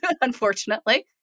unfortunately